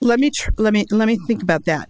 let me try let me think about that